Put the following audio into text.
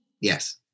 Yes